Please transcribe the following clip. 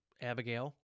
Abigail